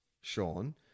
Sean